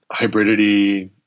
hybridity